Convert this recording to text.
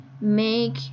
make